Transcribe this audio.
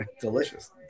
delicious